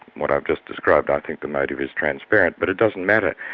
what i've just described, i think the motive is transparent, but it doesn't matter.